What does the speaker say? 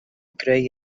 greu